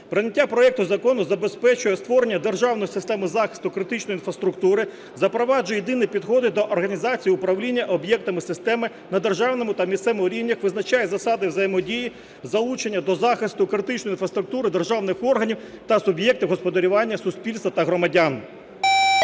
Прийняття проекту закону забезпечує створення державної системи захисту критичної інфраструктури, запроваджує єдині підходи до організації управління об'єктами системи на державному та місцевому рівнях, визначає засади взаємодії, залучення до захисту критичної інфраструктури державних органів та суб'єктів господарювання суспільства та громадян.